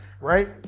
right